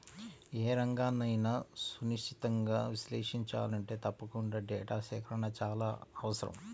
ఏ రంగన్నైనా సునిశితంగా విశ్లేషించాలంటే తప్పకుండా డేటా సేకరణ చాలా అవసరం